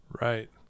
Right